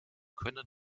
können